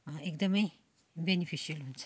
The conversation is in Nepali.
एकदम बेनिफिसियल हुन्छ